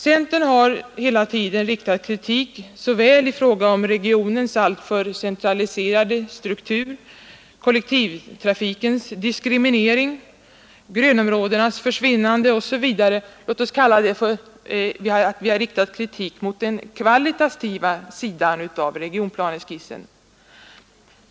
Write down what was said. Centern har hela tiden framfört kritik i fråga om regionens alltför centraliserade struktur, kollektivtrafikens diskriminering, grönområdenas försvinnande osv. — låt oss kalla det att vi har riktat kritik mot den kvalitativa sidan av regionplaneskissen.